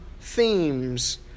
themes